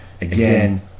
Again